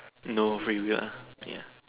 no free will ah ya